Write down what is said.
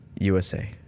USA